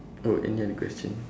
oh any other question